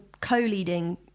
co-leading